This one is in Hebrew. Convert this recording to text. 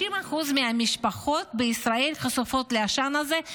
50% מהמשפחות בישראל חשופות לעשן הזה,